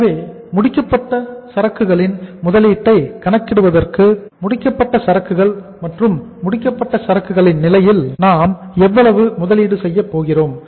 எனவே முடிக்கப்பட்ட சரக்குகளின் முதலீட்டை கணக்கிடுவதற்கு முடிக்கப்பட்ட சரக்குகள் மற்றும் முடிக்கப்பட்ட சரக்குகளின் நிலையில் நாம் எவ்வளவு முதலீடு செய்யப் போகிறோம்